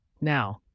Now